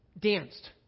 danced